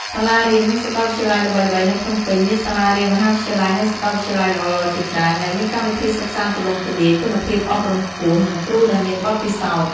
សាលារៀន និងសាកលវិទ្យាល័យល្បីៗនៅភ្នំពេញមានសាលារៀន មហាវិទ្យាល័យ និងសាកលវិទ្យាល័យល្អៗជាច្រើន ដែលមានកម្មវិធីសិក្សាទូលំទូលាយ គុណភាពអប់រំខ្ពស់ និងគ្រូដែលមានបទពិសោធន៍។